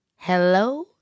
Hello